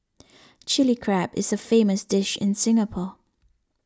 Chilli Crab is a famous dish in Singapore